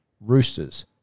roosters